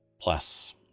Plus